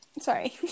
Sorry